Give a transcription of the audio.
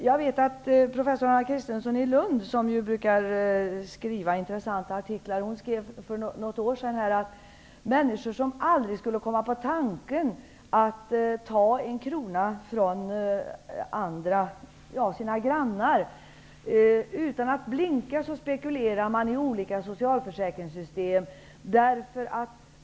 Jag vet att professor Anna Christensen i Lund, som brukar skriva intressanta artiklar, för något år sedan skrev att människor som aldrig skulle komma på tanken att ta en krona från andra, från sina grannar, utan att blinka spekulerar i olika socialförsäkringssystem.